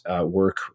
work